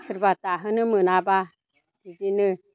सोरबा दाहोनो मोनाब्ला बिदिनो